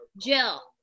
Jill